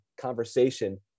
conversation